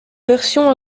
versions